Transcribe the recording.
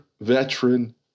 veteran